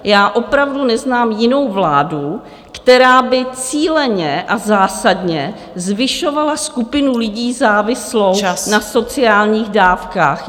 Já opravdu neznám jinou vládu, která by cíleně a zásadně zvyšovala skupinu lidí závislou na sociálních dávkách.